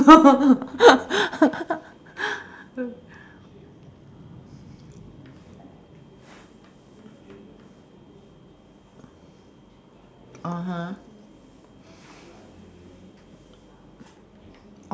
(uh huh)